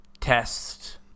test